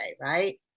right